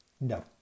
no